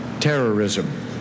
terrorism